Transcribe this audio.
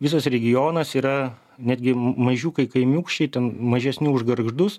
visas regionas yra netgi mažiukai kaimiūkščiai ten mažesni už gargždus